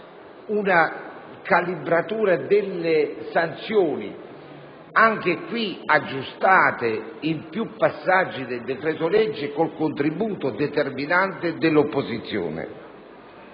una calibratura delle sanzioni che sono state corrette in più passaggi del decreto-legge con un contributo determinante dell'opposizione.